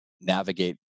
navigate